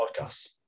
podcasts